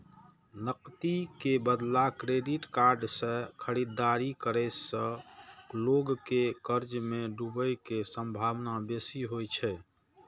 नकदी के बदला क्रेडिट कार्ड सं खरीदारी करै सं लोग के कर्ज मे डूबै के संभावना बेसी होइ छै